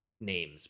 names